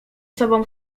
sobą